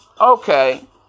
Okay